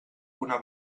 una